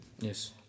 Yes